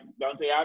Dante